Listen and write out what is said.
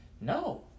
No